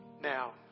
now